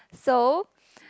so